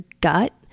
gut